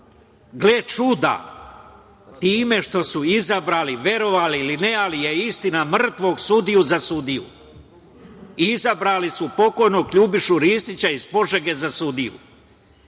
Gle čuda, time što su izabrali i verovali ili ne, ali je istina, mrtvog sudiju za sudiju. Izabrali su pokojnog Ljubišu Ristića, iz Požege, za sudiju.